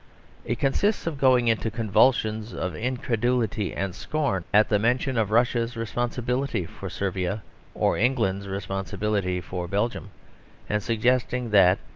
it consists of going into convulsions of incredulity and scorn at the mention of russia's responsibility for servia or england's responsibility for belgium and suggesting that,